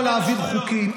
אתה לא יכול להעביר חוקים.